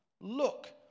Look